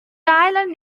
island